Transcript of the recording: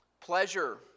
pleasure